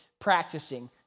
practicing